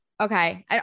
Okay